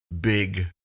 big